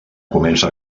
comença